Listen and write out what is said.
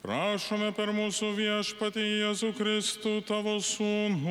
prašome per mūsų viešpatį jėzų kristų tavo sūnų